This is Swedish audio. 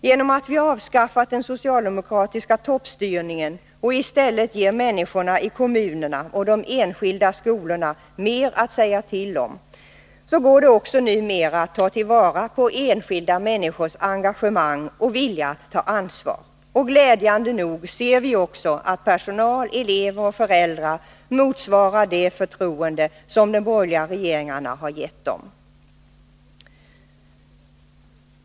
Genom att vi avskaffat den socialdemokratiska toppstyrningen och i stället ger människorna i kommunerna och de enskilda skolorna mer att säga till om, går det också numera att ta till vara enskilda människors engagemang och vilja att ta ansvar. Glädjande nog ser vi också att personal, elever och föräldrar motsvarar det förtroende som de borgerliga regeringarna har gett dem.